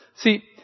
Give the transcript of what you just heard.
See